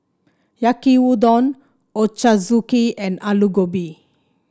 Yaki Udon Ochazuke and Alu Gobi